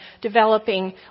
developing